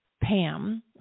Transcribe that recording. Pam